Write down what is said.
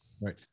Right